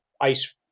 ice